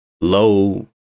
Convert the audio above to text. low